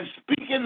speaking